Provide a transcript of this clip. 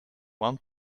one